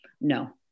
no